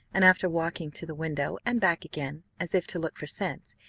and after walking to the window, and back again, as if to look for sense,